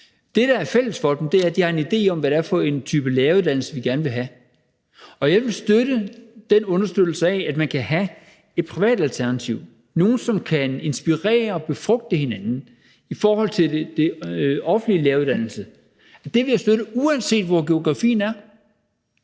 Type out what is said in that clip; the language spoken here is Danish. Det, der er fælles for dem, er, at de har en idé om, hvad det er for en type læreruddannelse de gerne vil have, og jeg vil støtte, at man kan have et privat alternativ, nogle, som kan inspirere og befrugte hinanden i forhold til den offentlige læreruddannelse. Det vil jeg støtte, uanset hvor geografien er.